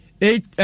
eight